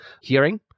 hearing